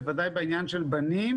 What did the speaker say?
בוודאי לגבי בנים